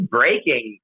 breaking